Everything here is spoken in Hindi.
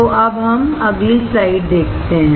तो अब हम अगली स्लाइड देखते हैं